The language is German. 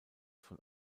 von